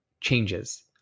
changes